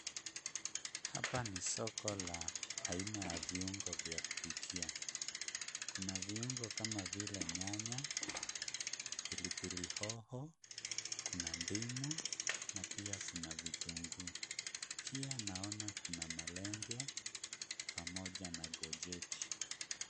Hapa ni soko la aina ya viungo vya kupikia, kuna viungo kama vile nyanya, pilipili hoho ,kuna ndengu na pia kuna kitunguu pia naona kuna malenge pamoja na gojeti .